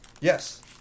Yes